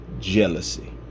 jealousy